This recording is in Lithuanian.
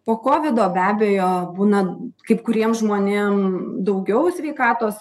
po kovido be abejo būna kaip kuriems žmonėm daugiau sveikatos